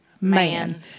Man